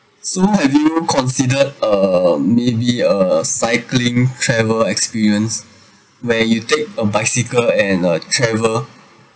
so have you considered uh maybe a cycling travel experience where you take a bicycle and uh travel